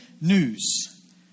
news